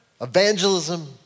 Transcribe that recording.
evangelism